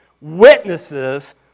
witnesses